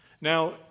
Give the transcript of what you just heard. Now